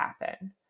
happen